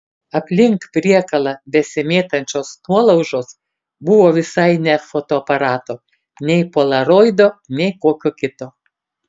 aplink priekalą besimėtančios nuolaužos buvo visai ne fotoaparato nei polaroido nei kokio kito